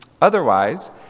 Otherwise